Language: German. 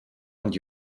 und